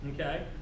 Okay